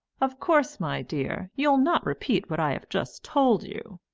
of course, my dear, you'll not repeat what i have just told you.